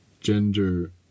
gender